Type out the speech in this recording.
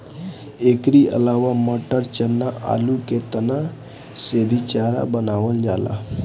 एकरी अलावा मटर, चना, आलू के तना से भी चारा बनावल जाला